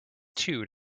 two